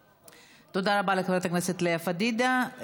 תודה רבה לחברת הכנסת לאה פדידה.